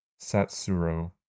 Satsuro